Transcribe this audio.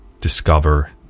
discover